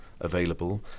available